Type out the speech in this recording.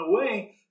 away